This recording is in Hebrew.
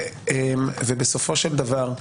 ובסופו של דבר,